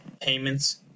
payments